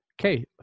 Okay